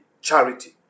charity